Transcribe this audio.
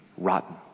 rotten